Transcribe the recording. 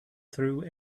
through